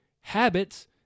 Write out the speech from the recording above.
habits